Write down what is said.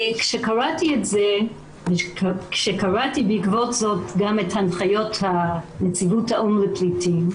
כשקראתי את זה ובעקבות זאת קראתי גם את הנחיות נציבות האו"ם לפליטים,